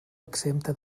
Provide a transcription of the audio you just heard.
exempta